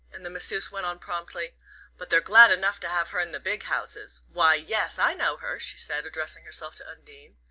and the masseuse went on promptly but they're glad enough to have her in the big houses why, yes, i know her, she said, addressing herself to undine.